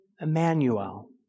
Emmanuel